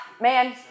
man